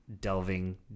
delving